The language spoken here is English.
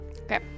Okay